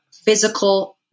physical